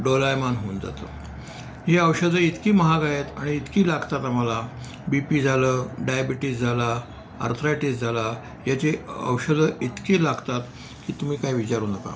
दोलायमान होऊन जातं ही औषधं इतकी महाग आहेत आणि इतकी लागतात आम्हाला बी पी झालं डायबिटीस झाला आर्थ्रायटीस झाला याची औषधं इतकी लागतात की तुम्ही काय विचारू नका